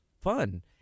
fun